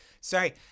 Sorry